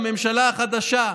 הממשלה החדשה,